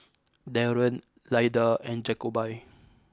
Daron Lyda and Jacoby